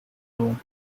room